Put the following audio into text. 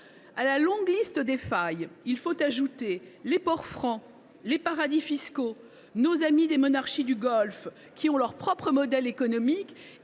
À la longue liste des failles qui existent, il faut ajouter : les ports francs, les paradis fiscaux et nos amis des monarchies du Golfe, qui ont leur propre modèle économique.